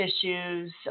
issues